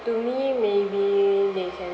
to me maybe they can